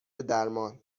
درمان